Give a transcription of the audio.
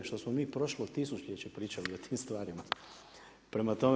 Što smo mi prošlo tisućljeće pričali o tim stvarima, prema tome.